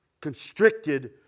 constricted